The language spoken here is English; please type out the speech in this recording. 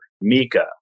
Mika